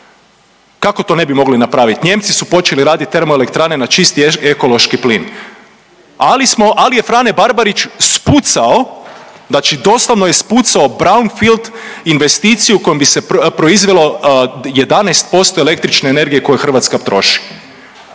Kako to ne bi mogli napraviti? Nijemci su počeli raditi termoelektrane na čisti ekološki plin. Ali smo, ali je Frane Barbarić spucao, znači doslovno je spucao brownfield investiciju kojom bi se proizvelo 11% električne energije koju Hrvatska troši.